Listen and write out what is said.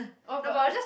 oh but